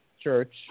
church